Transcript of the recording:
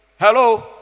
Hello